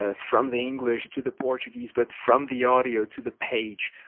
ah from the english to the portuguese but from the audio to the page.